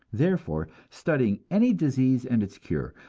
therefore, studying any disease and its cure,